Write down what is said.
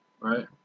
Right